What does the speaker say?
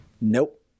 nope